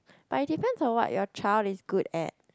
but it depends on what your child is good at